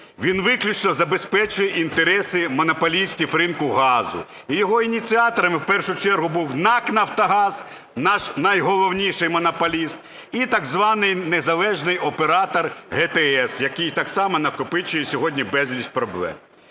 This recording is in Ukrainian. він виключно забезпечує інтереси монополістів ринку газу. Його ініціаторами в першу чергу був НАК "Нафтогаз", наш найголовніший монополіст, і так званий незалежний оператор ГТС, який так само накопичує сьогодні безліч проблем.